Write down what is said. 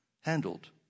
handled